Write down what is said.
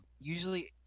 usually